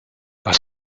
was